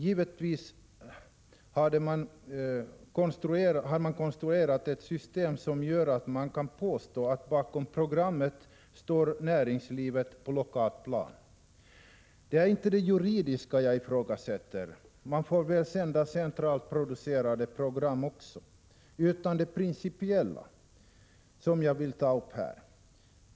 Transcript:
Givetvis hade man konstruerat ett system som gjorde det möjligt att påstå att näringslivet på lokalt plan stod bakom programmet. Det är inte det juridiska jag ifrågasätter — man får väl sända centralt producerade program också — utan det principiella som jag vill ta upp här.